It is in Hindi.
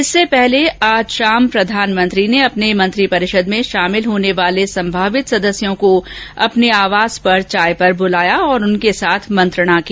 इससे पहले आज शाम प्रधानमंत्री ने अपने मंत्रिपरिषद में शामिल होने वाले संभावित सदस्यों को अपने आवास पर चाय पर बुलाया और उनके साथ मंत्रणा की